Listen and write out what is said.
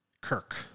Kirk